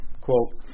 quote